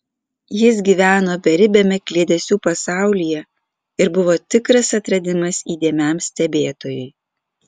jis gyveno beribiame kliedesių pasaulyje ir buvo tikras atradimas įdėmiam stebėtojui